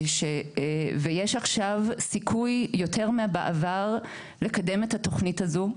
ויש עכשיו סיכוי יותר מאשר בעבר לקדם את התוכנית הזו.